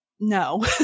No